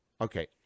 Okay